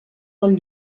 del